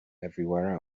everywhere